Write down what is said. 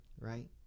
right